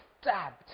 stabbed